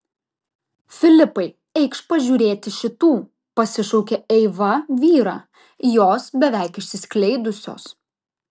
filipai eikš pažiūrėti šitų pasišaukė eiva vyrą jos beveik išsiskleidusios